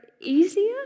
easier